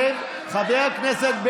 הוא אמר לי "טרוריסט",